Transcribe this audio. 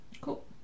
cool